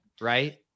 right